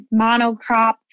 monocrop